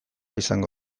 izango